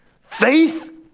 Faith